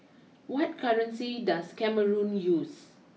what currency does Cameroon use